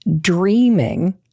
Dreaming